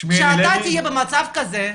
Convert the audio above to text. כשאתה תהיה במצב כזה,